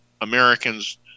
Americans